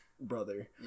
brother